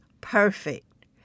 perfect